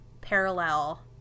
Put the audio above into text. parallel